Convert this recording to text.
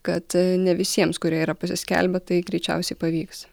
kad ne visiems kurie yra pasiskelbę tai greičiausiai pavyks